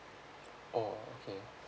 oh okay